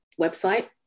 website